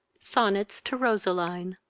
sonnets to roseline.